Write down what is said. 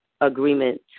agreement